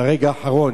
ברגע האחרון,